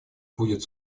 будет